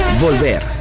Volver